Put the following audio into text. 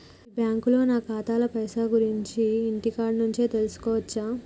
మీ బ్యాంకులో నా ఖాతాల పైసల గురించి ఇంటికాడ నుంచే తెలుసుకోవచ్చా?